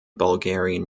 bulgarian